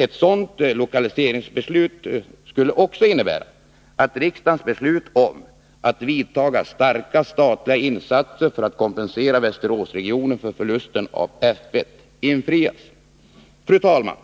Ett sådant lokaliseringsbeslut skulle också innebära att riksdagens beslut om att ”vidtaga starka statliga insatser för att kompensera Västeråsregionen för förlusten av F 1” infrias. Fru talman!